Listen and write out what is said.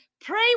Pray